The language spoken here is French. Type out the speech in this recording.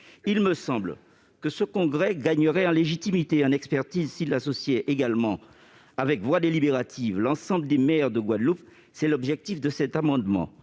Il me semble que cette institution gagnerait en légitimité et en expertise si elle associait également, avec voix délibérative, l'ensemble des maires de Guadeloupe. Tel est l'objectif de cet amendement.